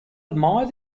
admire